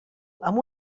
amb